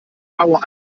baue